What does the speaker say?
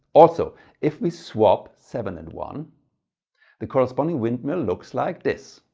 also if we swap seven and one the corresponding windmill looks like this.